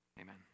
amen